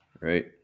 right